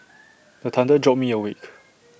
the thunder jolt me awake